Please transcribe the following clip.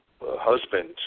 husband